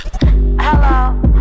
Hello